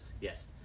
yes